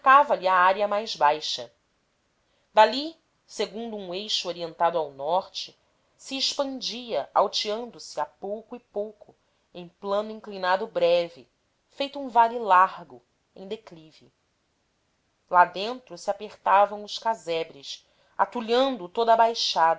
demarcava lhe a área mais baixa dali segundo um eixo orientado ao norte se expandia alteando se a pouco e pouco em plano inclinado breve feito um vale largo em declive lá dentro se apertavam os casebres atulhando toda